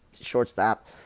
shortstop